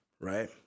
right